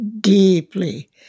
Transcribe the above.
deeply